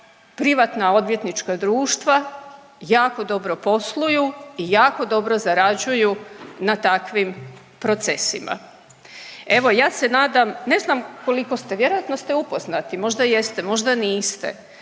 privatna odvjetnička društva jako dobro posluju i jako dobro zarađuju na takvim procesima. Evo ja se nadam, ne znam koliko ste, vjerojatno ste upoznati, možda jeste, možda niste